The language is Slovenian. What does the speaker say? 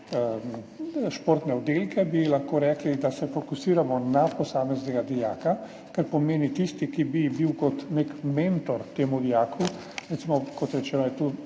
športne oddelke, bi lahko rekli, da se fokusiramo na posameznega dijaka. To pomeni, tisti, ki bi bil kot nek mentor temu dijaku, kot rečeno je tu